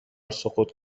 سقوط